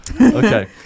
Okay